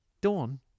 Dawn